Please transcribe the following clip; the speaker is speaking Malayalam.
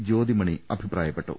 ജ്യോതിമണി അഭിപ്രായ പ്പെട്ടു